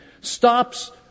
stops